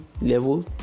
level